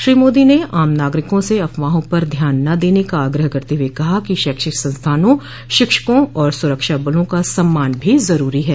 श्री मोदी ने आम नागरिकों से अफवाहों पर ध्यान न देने का आग्रह करते हुए कहा कि शैक्षिक संस्थानों शिक्षकों और सुरक्षा बलों का सम्मान भी जरूरी है